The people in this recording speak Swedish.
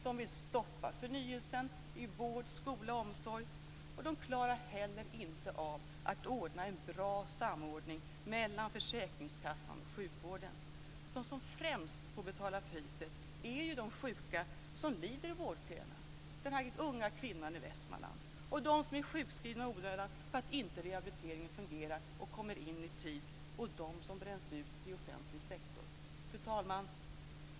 De vill stoppa förnyelse i vård, skola och omsorg, och de klarar inte heller av att ordna en bra samordning mellan försäkringskassan och sjukvården. De som främst får betala priset är de sjuka som liksom den unga kvinnan i Västmanland lider i vårdköerna, de som är sjukskrivna i onödan därför att rehabiliteringen inte fungerar och inte kommer in i tid och de som bränns ut i offentlig sektor. Fru talman!